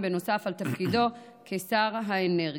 נוסף על תפקידו כשר האנרגיה.